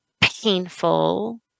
painful